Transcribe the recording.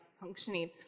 functioning